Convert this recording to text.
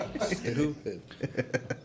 Stupid